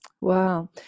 wow